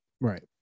right